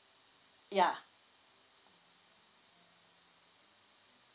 ya